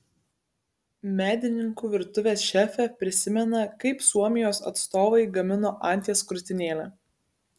medininkų virtuvės šefė prisimena kaip suomijos atstovai gamino anties krūtinėlę